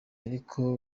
ariko